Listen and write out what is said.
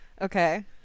Okay